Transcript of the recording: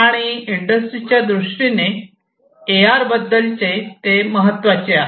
आणि इंडस्ट्रीच्या दृष्टीने ए आर बद्दल ते महत्त्वाचे आहे